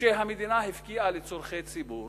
שהמדינה הפקיעה לצורכי ציבור